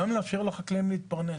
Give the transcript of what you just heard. גם לאפשר לחקלאים להתפרנס.